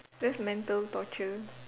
that's mental torture